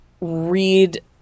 read